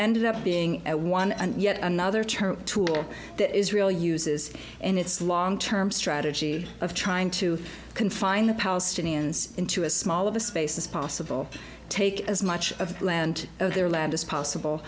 ended up being one and yet another term tool that israel uses and its long term strategy of trying to confine the palestinians into a small of a space as possible take as much of the land of their land as possible